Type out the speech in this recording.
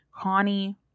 Connie